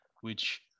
which-